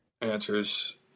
Answers